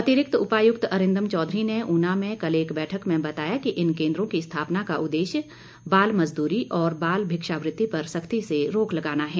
अतिरिक्त उपायुक्त अरिंदम चौधरी ने ऊना में कल एक बैठक में बताया कि इन केंद्रों की स्थापना का उददेश्य बाल मजद्री और बाल भिक्षावृत्ति पर सख्ती से रोक लगाना है